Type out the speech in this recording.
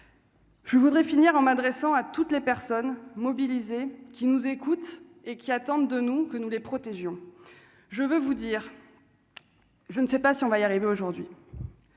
Je voudrais finir en m'adressant à toutes les personnes mobilisées qui nous écoutent et qui attendent de nous que nous les protégions je veux vous dire je ne sais pas si on va y arriver aujourd'hui,